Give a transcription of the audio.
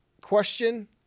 question